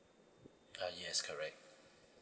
uh yes correct